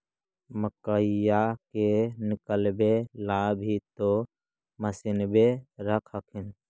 मकईया के निकलबे ला भी तो मसिनबे रख हखिन?